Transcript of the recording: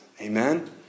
Amen